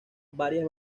varias